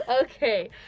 Okay